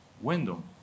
window